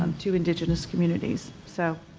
um to indigenous communities. so,